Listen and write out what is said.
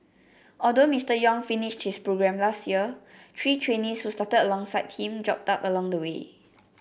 although Mister Yong finished his programme last year three trainees who started alongside him dropped out along the way